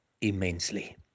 immensely